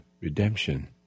redemption